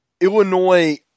Illinois